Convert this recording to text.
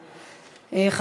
מס' 4833 ו-4856.